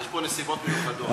יש פה נסיבות מיוחדות.